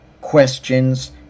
questions